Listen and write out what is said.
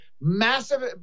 massive